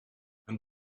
een